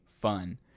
fun